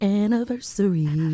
anniversary